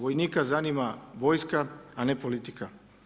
Vojnika zanima vojska, a ne politika.